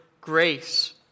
grace